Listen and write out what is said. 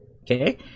okay